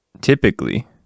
Typically